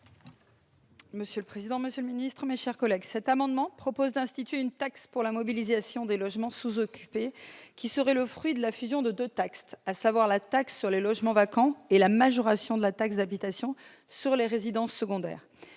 pour présenter l'amendement n° II-501 rectifié. Cet amendement vise à instituer une « taxe pour la mobilisation des logements sous-occupés » qui serait le fruit de la fusion de deux taxes, à savoir la taxe sur les logements vacants et la majoration de taxe d'habitation sur les résidences secondaires.